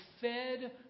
fed